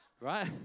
Right